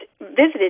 visited